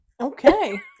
okay